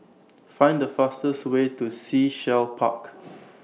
Find The fastest Way to Sea Shell Park